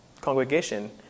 congregation